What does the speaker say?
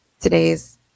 today's